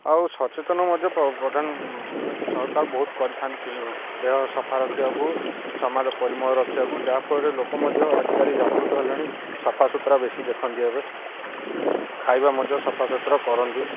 ଆଉ ସଚେତନ ମଧ୍ୟ ସରକାର ବହୁତ କରିଥାନ୍ତି ପିଲା ଦେହ ସଫା ରଖିବାକୁ ସମାଜ ପରିମଳ ରଖିବାକୁ ଯାହାଫଳରେ ଲୋକ ମଧ୍ୟ ଆଜିକାଲି ଜାଗୃତ ହେଲେଣି ସଫାସୁୁତୁରା ବେଶୀ ଦେଖନ୍ତି ଏବେ ଖାଇବା ମଧ୍ୟ ସଫାସୁୁତୁରା କରନ୍ତି